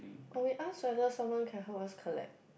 or we ask whether someone can help us collect